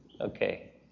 Okay